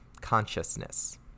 consciousness